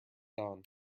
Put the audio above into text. dawn